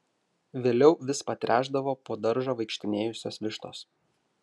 vėliau vis patręšdavo po daržą vaikštinėjusios vištos